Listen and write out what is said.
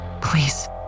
Please